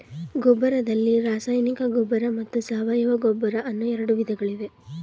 ಗೊಬ್ಬರದಲ್ಲಿ ರಾಸಾಯನಿಕ ಗೊಬ್ಬರ ಮತ್ತು ಸಾವಯವ ಗೊಬ್ಬರ ಅನ್ನೂ ಎರಡು ವಿಧಗಳಿವೆ